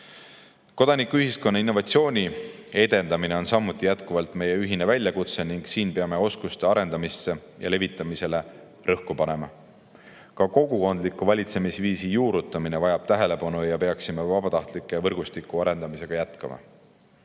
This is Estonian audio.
Kodanikuühiskonna innovatsiooni edendamine on samuti jätkuvalt meie ühine väljakutse ning siin peame rõhku panema oskuste arendamisele ja levitamisele. Ka kogukondliku valitsemisviisi juurutamine vajab tähelepanu ja peaksime vabatahtlike võrgustiku arendamisega jätkama.